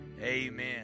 Amen